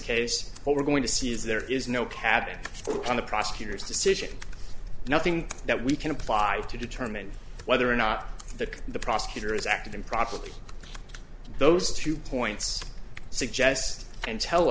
what we're going to see is there is no cabinet on the prosecutor's decision nothing that we can apply to determine whether or not the the prosecutor has acted improperly those two points suggest and tell